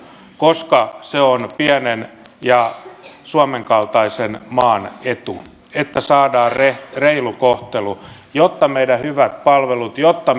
koska se on pienen ja suomen kaltaisen maan etu että saadaan reilu reilu kohtelu jotta meidän hyvät palvelumme jotta